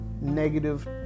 negative